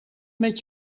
met